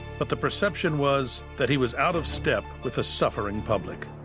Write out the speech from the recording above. but the perception was that he was out of step with a suffering public.